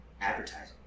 advertising